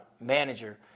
manager